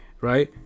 right